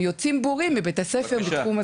יוצאים מבית הספר בורים בתחום הזה.